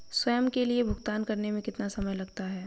स्वयं के लिए भुगतान करने में कितना समय लगता है?